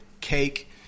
cake